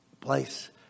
place